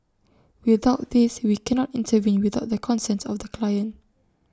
without this we cannot intervene without the consent of the client